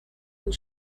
and